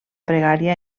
pregària